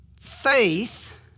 faith